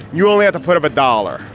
you only have to put up a dollar.